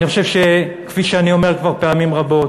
אני חושב שכפי שאני אומר כבר פעמים רבות,